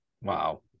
Wow